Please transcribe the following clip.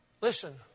Listen